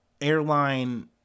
airline